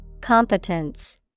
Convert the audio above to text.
Competence